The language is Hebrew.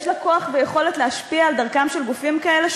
יש לה כוח ויכולת להשפיע על דרכם של גופים כאלה,